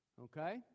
Okay